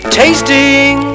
tasting